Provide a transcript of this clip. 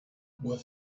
were